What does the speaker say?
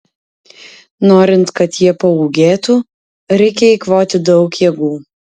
norint kad jie paūgėtų reikia eikvoti daug jėgų